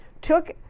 took